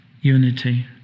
unity